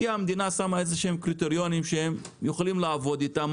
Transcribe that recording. היא דילגה כי המדינה שמה איזשהם קריטריונים שהם יכולים לעבוד איתם,